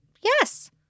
Yes